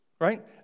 Right